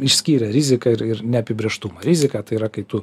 išskyrė riziką ir ir neapibrėžtumą rizika tai yra kai tu